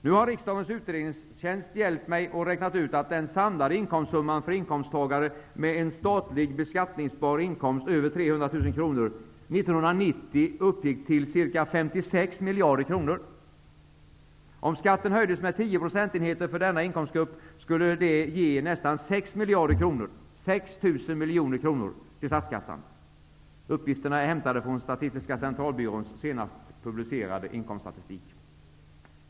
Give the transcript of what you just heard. Nu har riksdagens utredningstjänst hjälpt mig och räknat ut att den samlade inkomstsumman för inkomsttagare med en statlig beskattningsbar inkomst över 300 000 kr 1990 uppgick till ca 56 procentenheter för denna inkomstgrupp skulle det ge nästan 6 miljarder kronor -- 6 tusen miljoner kronor -- till statskassan. Uppgifterna är hämtade från Statistiska centralbyråns senast publicerade inkomststatistik.